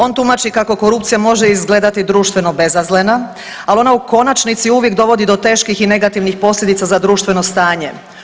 On tumači kako korupcija može izgledati društveno bezazlena, ali ona u konačnici uvijek dovodi do teških i negativnih posljedica za društveno stanje.